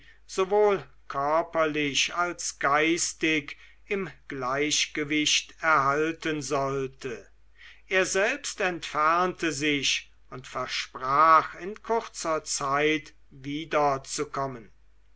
sowohl körperlich als geistig im gleichgewicht erhalten sollte er selbst entfernte sich und versprach in kurzer zeit